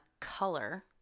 color